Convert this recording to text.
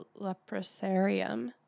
leprosarium